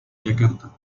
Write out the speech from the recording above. yakarta